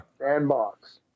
Sandbox